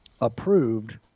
approved